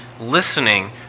listening